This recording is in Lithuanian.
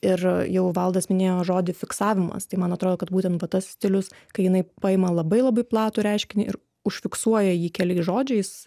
ir jau valdas minėjo žodį fiksavimas tai man atrodo kad būtent va tas stilius kai jinai paima labai labai platų reiškinį ir užfiksuoja jį keliais žodžiais